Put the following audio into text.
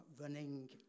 running